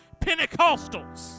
pentecostals